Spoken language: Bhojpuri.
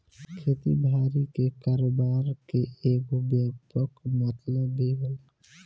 खेती बारी के कारोबार के एगो व्यापक मतलब भी होला